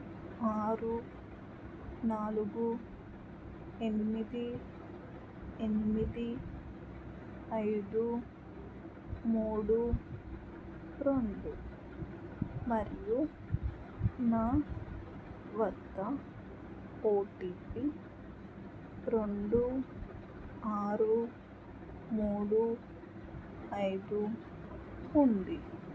ఆరు నాలుగు ఎనిమిది ఎనిమిది ఐదు మూడు రెండు మరియు నా వద్ద ఓ టీ పీ రెండు ఆరు మూడు ఐదు ఉంది